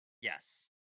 Yes